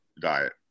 diet